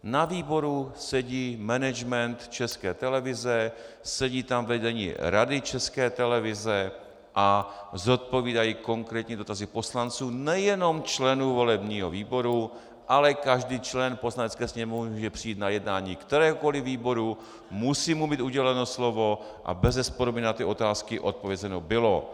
Na výboru sedí management České televize, sedí tam vedení Rady ČT a zodpovídají konkrétní dotazy poslanců, nejenom členů volebního výboru, ale každý člen Poslanecké sněmovny může přijít na jednání kteréhokoliv výboru, musí mu být uděleno slovo a bezesporu by na ty otázky odpovězeno bylo.